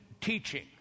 teaching